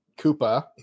Koopa